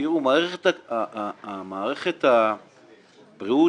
מערכת הבריאות